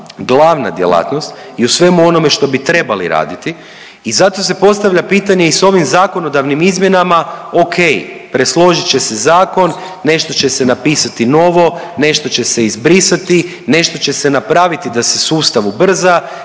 glavna djelatnost i u svemu onome što bi trebali raditi i zato se postavlja pitanje i s ovim zakonodavnim izmjenama ok, presložit će se zakon, nešto će se napisati novo, nešto će se izbrisati, nešto će se napraviti da se sustav ubrza,